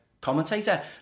commentator